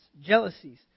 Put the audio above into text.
jealousies